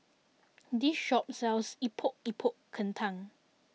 this shop sells Epok Epok Kentang